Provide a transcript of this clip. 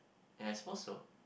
ya I suppose so